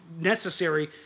necessary